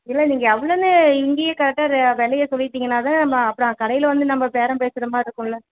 இல்லை நீங்கள் எவ்வளோன்னு இங்கேயே கரெக்டாக விலைய சொல்லிட்டிங்கனா தான் நம்ம அப்புறம் கடையில் வந்து நம்ம பேரம் பேசுகிற மாதிரி இருக்குமில்ல